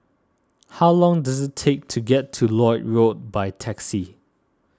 how long does it take to get to Lloyd Road by taxi